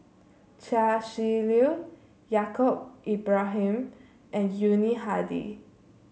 Chia Shi Lu Yaacob Ibrahim and Yuni Hadi